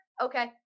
okay